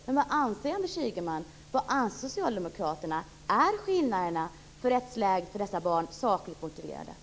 Men vad anser Anders Ygeman och socialdemokraterna? Är skillnaderna i rättsläget för dessa barn sakligt motiverat?